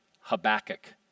Habakkuk